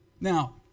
Now